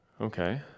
okay